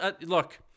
look